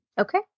Okay